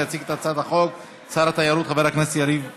יציג את הצעת החוק שר התיירות חבר הכנסת יריב לוין.